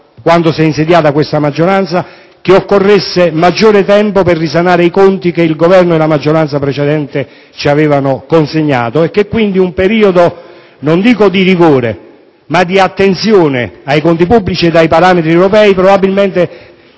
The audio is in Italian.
Quando si è insediata questa maggioranza, pensavamo che occorresse maggiore tempo per risanare i conti che il Governo e la maggioranza precedente ci avevano consegnato e quindi che un periodo, non dico di rigore, ma di attenzione ai conti pubblici e ai parametri europei, probabilmente